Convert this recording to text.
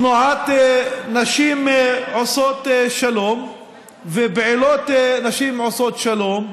תנועת נשים עושות שלום ופעילות נשים עושות שלום,